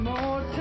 more